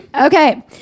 Okay